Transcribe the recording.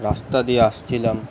রাস্তা দিয়ে আসছিলাম